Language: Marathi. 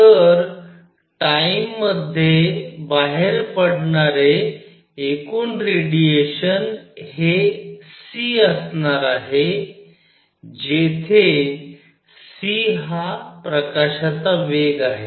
तर टाइम मध्ये बाहेर पडणारे एकूण रेडिएशन हे c असणार आहे जेथे c हा प्रकाशाचा वेग आहे